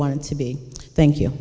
wanted to be thank you